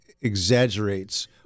exaggerates